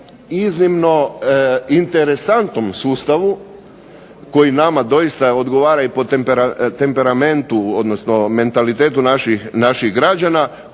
iznimno interesantnom sustavu koji nama doista odgovara i po temperamentu, odnosno mentalitetu naših građana